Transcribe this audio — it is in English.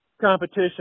competition